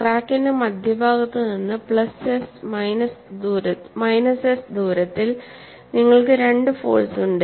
ക്രാക്കിന്റെ മധ്യഭാഗത്ത് നിന്ന് പ്ലസ് S മൈനസ് S ദൂരത്തിൽ നിങ്ങൾക്ക് രണ്ട് ഫോഴ്സ് ഉണ്ട്